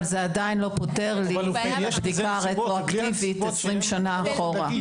אבל זה עדיין לא פותר לי את הבדיקה הרטרואקטיבית 20 שנים אחורה.